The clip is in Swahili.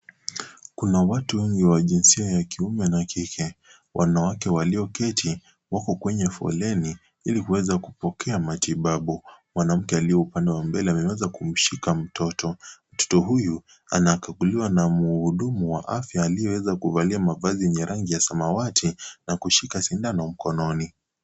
Kuna watu wengi wa jinsia ya kiume na kike. Wanawake walioketi, wako kwenye foleni ili kuweza kupokea matibabu. Mwanamke aliye upande wa mbele ameweza kumshika mtoto. Mtoto huyu anakaguliwa na mhudumu wa afya aliyeweza kuvalia mavazi yenye rangi ya samawati na kushika sindano mkononi.